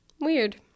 Weird